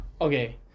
okay